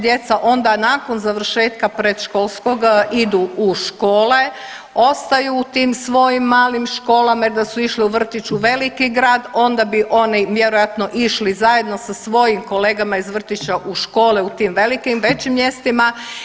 Djeca onda nakon završetka predškolskog idu u školu, ostaju u tim svojim malim školama jer da su išli u vrtić u veliki grad, onda bi oni vjerojatno išli zajedno sa svojim kolegama iz vrtića u škole u tim velikim, većim mjestima.